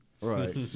Right